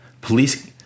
police